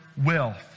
wealth